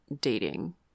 dating